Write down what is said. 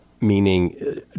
meaning